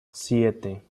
siete